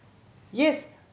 yes